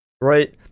Right